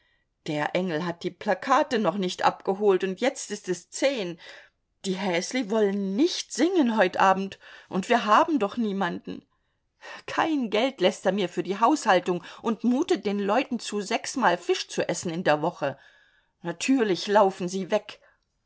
der engel hat die plakate noch nicht abgeholt und jetzt ist es zehn die häsli wollen nicht singen heut abend und wir haben doch niemanden kein geld läßt er mir für die haushaltung und mutet den leuten zu sechsmal fisch zu essen in der woche natürlich laufen sie weg